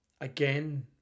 again